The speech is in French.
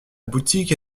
boutique